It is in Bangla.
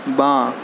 বাঁ